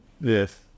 Yes